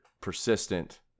persistent